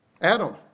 Adam